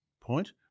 point